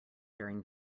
during